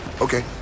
Okay